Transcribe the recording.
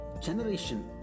generation